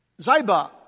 Ziba